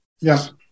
Yes